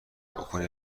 بکنی